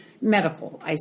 medical